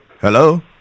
Hello